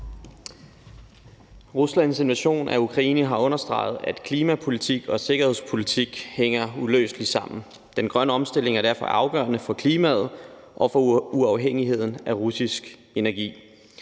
Ruslands invasion af Ukraine har understreget, at klimapolitik og sikkerhedspolitik hænger uløseligt sammen. Den grønne omstilling er derfor afgørende for klimaet og for uafhængigheden af russisk energi.